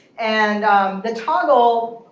and the toggle,